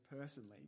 personally